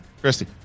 Christy